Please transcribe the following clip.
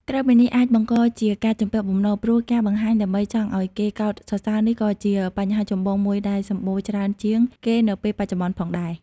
ក្រៅពីនេះអាចបង្កជាការជំពាក់បំណុលព្រោះការបង្ហាញដើម្បីចង់ឲ្យគេកោតសរសើរនេះក៏ជាបញ្ហាចម្បងមួយដែលសំបូរច្រើនជាងគេនៅពេលបច្ចុប្បន្នផងដែរ។